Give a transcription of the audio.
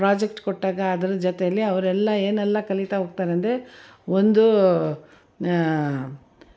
project ಕೊಟ್ಟಾಗ ಅದ್ರ ಜೊತೆಲಿ ಅವರೆಲ್ಲ ಏನೆಲ್ಲ ಕಲಿತಾ ಹೋಗ್ತಾರೆ ಅಂದರೆ ಒಂದು